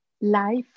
life